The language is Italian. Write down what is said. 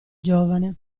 giovane